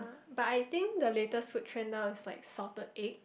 but I think the latest food trend now is like salted egg